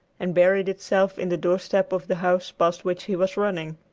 and buried itself in the doorstep of the house past which he was running.